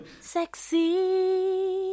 Sexy